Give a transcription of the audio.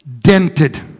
dented